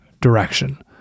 direction